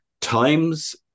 times